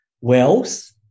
wealth